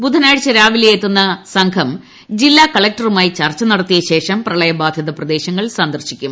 ബുധനാഴ്ച രാവിലെ എത്തുന്ന സംഘം ജില്ലാ കളക്ടറുമായി ചർച്ച നടത്തിയശേഷം പ്രളയ ബാധിത പ്രദേശങ്ങൾ സന്ദർശിക്കും